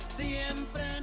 siempre